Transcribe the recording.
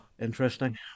Interesting